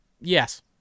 Yes